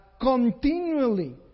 continually